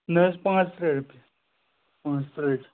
نَہ حَظ پانژھ تٕرٕہ رۄپیہِ پانژھ تٕرٕہ رۄپیہِ